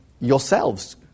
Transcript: yourselves